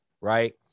right